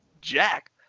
jack